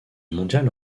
mondial